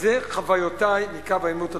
אלה חוויותי מקו העימות הדרומי,